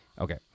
Okay